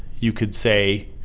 you could say,